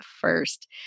First